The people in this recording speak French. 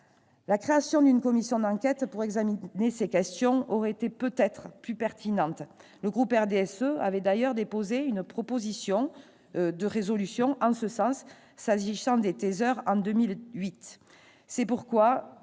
La création d'une commission d'enquête pour examiner ces questions aurait peut-être été plus pertinente. Le groupe du RDSE avait d'ailleurs déposé, en 2008, une proposition de résolution en ce sens s'agissant des Taser. C'est la raison